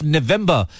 November